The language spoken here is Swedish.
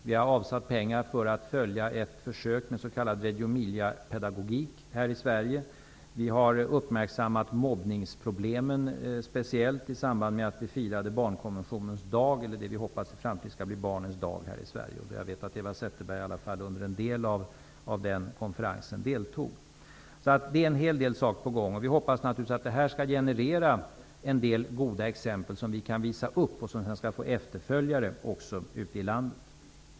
Vi har avsatt pengar för att följa ett försök med s.k. Reggio Emilia-pedagogik här i Sverige. Vi har uppmärksammat mobbningsproblemen, speciellt i samband med att vi firade barnkonventionens dag eller det vi hoppas i framtiden skall bli barnens dag här i Sverige. Jag vet att Eva Zetterberg deltog i alla fall under en del av den konferensen. Det är en hel del saker på gång. Vi hoppas naturligtvis att det här skall generera en del goda exempel som vi kan visa upp och som kan få efterföljare ute i landet.